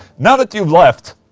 now that you've left.